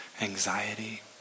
anxiety